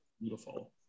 beautiful